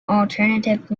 alternative